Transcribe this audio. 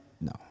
No